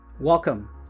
Welcome